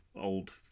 old